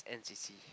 n_c_c